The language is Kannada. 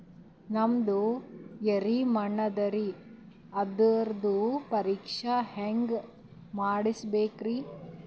ನಮ್ದು ಎರಿ ಮಣ್ಣದರಿ, ಅದರದು ಪರೀಕ್ಷಾ ಹ್ಯಾಂಗ್ ಮಾಡಿಸ್ಬೇಕ್ರಿ?